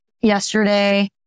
yesterday